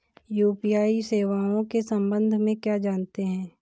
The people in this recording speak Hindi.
यू.पी.आई सेवाओं के संबंध में क्या जानते हैं?